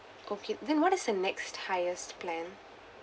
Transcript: okay then what is the next highest plan